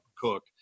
Cook